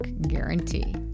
guarantee